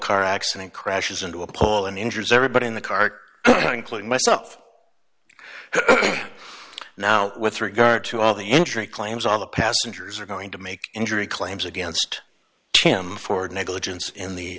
car accident crashes into a pool and injures everybody in the car including myself now with regard to all the injury claims all the passengers are going to make injury claims against him for negligence in the